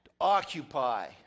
Occupy